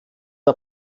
der